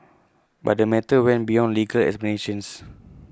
but the matter went beyond legal explanations